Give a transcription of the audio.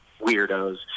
weirdos